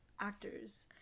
actors